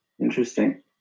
Interesting